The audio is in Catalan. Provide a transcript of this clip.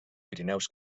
pirineus